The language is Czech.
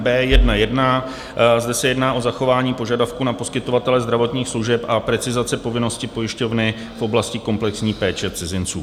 Zde se jedná o zachování požadavku na poskytovatele zdravotních služeb a precizace povinnosti pojišťovny v oblasti komplexní péče cizinců.